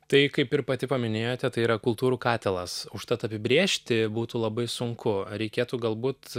tai kaip ir pati paminėjote tai yra kultūrų katilas užtat apibrėžti būtų labai sunku reikėtų galbūt